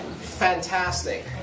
Fantastic